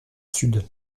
sud